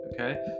okay